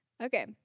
Okay